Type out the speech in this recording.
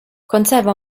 conserva